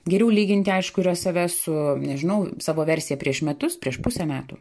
geriau lyginti aišku yra save su nežinau savo versija prieš metus prieš pusę metų